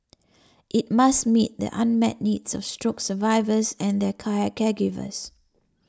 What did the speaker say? it must meet the unmet needs of stroke survivors and their caregivers